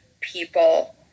people